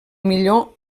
millor